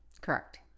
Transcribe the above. Correct